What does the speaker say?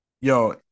Yo